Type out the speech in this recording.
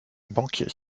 banquier